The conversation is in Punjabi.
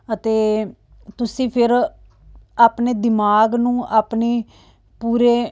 ਅਤੇ ਤੁਸੀਂ ਫੇਰ ਆਪਣੇ ਦਿਮਾਗ ਨੂੰ ਆਪਣੇ ਪੂਰੇ